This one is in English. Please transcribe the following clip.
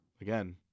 Again